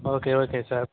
okay okay sir